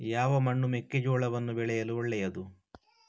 ಯಾವ ಮಣ್ಣು ಮೆಕ್ಕೆಜೋಳವನ್ನು ಬೆಳೆಯಲು ಒಳ್ಳೆಯದು?